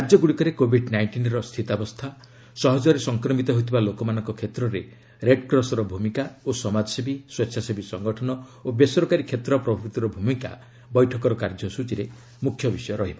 ରାଜ୍ୟଗୁଡ଼ିକରେ କୋଭିଡ୍ ନାଇଷ୍ଟିନ୍ର ସ୍ଥିତାବସ୍ଥା ସହଜରେ ସଂକ୍ରମିତ ହେଉଥିବା ଲୋକମାନଙ୍କ କ୍ଷେତ୍ରରେ ରେଡ୍କ୍ରସର ଭୂମିକା ଓ ସମାଜସେବୀ ସ୍ୱଚ୍ଛାସେବୀ ସଂଗଠନ ଓ ବେସରକାରୀ କ୍ଷେତ୍ର ପ୍ରଭୂତିର ଭୂମିକା ବୈଠକର କାର୍ଯ୍ୟସ୍ଟଚୀରେ ମୁଖ୍ୟ ବିଷୟ ରହିବ